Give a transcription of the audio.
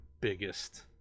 biggest